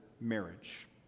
marriage